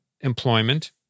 employment